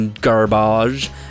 garbage